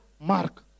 mark